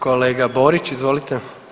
Kolega Borić izvolite.